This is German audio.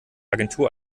agentur